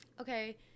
okay